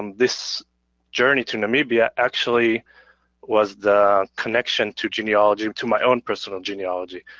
um this journey to namibia actually was the connection to genealogy, to my own personal genealogy.